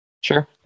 Sure